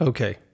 Okay